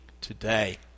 today